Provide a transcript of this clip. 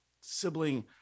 sibling